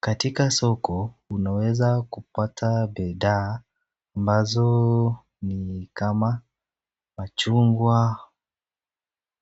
Katika soko unaweza kupata bidhaa ambazo ni kama machungwa,